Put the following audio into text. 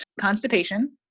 Constipation